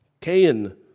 Cain